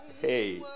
hey